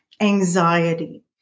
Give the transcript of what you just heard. anxiety